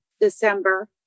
December